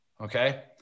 okay